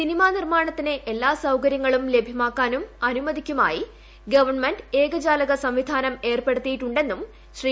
cinema നിർമ്മാണത്തിന് എല്ലാ സൌകര്യങ്ങളും ലഭ്യമാക്കാനും അനുമതിക്കുമായി ഗവൺമെന്റ് ഏകജാലക സംവിധാനം സുവർണ്ണ ഏർപ്പെടുത്തിയിട്ടുണ്ടെന്ന് ശ്രീ